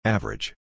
Average